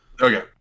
Okay